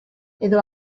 edo